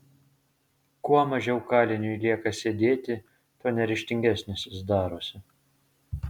kuo mažiau kaliniui lieka sėdėti tuo neryžtingesnis jis darosi